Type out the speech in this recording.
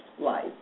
life